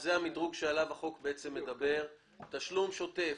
שזה המדרג שעליו הצעת החוק מדברת, תשלום שוטף,